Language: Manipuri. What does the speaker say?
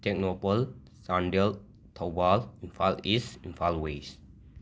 Tengnoupal Chandel Thoubal Imphal east Imphal west